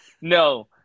no